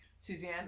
Suzanne